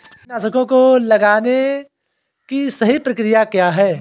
कीटनाशकों को लगाने की सही प्रक्रिया क्या है?